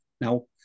Now